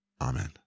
Amen